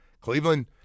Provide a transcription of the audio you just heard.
Cleveland